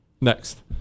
Next